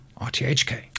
RTHK